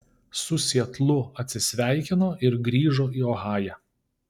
su sietlu atsisveikino ir grįžo į ohają